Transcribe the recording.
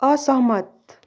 असहमत